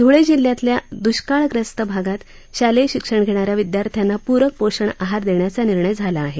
ध्ळे जिल्ह्यातल्या द्ष्काळग्रस्त भागात शालेय शिक्षण घेणाऱ्या विद्यार्थ्यांना प्रक पोषण आहार देण्याचा निर्णय झाला आहे